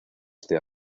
este